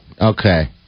Okay